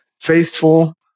faithful